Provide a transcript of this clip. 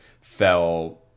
fell